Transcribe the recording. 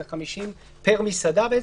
זה 50 פר מסעדה?